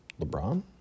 LeBron